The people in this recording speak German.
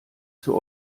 zur